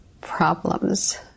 problems